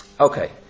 Okay